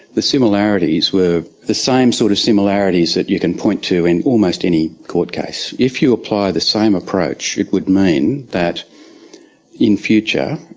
the similarities were the same sort of similarities that you can point to in almost any court case. if you apply the same approach, it would mean that in future,